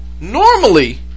Normally